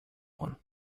one